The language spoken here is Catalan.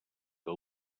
que